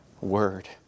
word